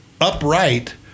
upright